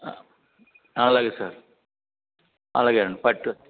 అలాగే సార్ అలాగే అండి ఫస్ట్